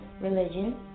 religion